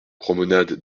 promenade